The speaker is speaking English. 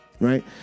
right